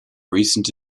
recent